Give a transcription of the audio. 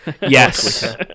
yes